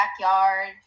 backyard